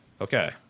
Okay